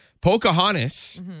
Pocahontas